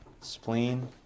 Spleen